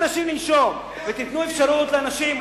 ותיתנו אפשרות לאנשים,